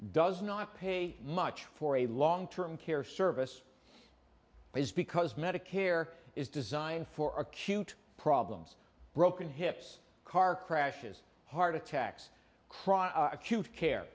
does not pay much for a long term care service is because medicare is designed for acute problems broken hips car crashes heart attacks cross acute care